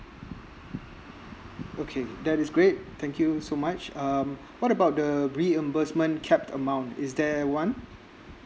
okay that is great thank you so much um what about the reimbursement cap amount is there one